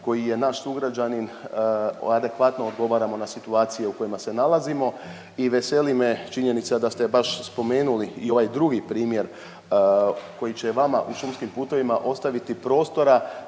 koji je naš sugrađanin o adekvatno odgovaramo na situacije u kojima se nalazimo i veseli me činjenica da ste baš spomenuli i ovaj drugi primjer koji će vama u šumskim putovima ostaviti prostora